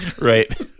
Right